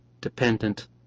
dependent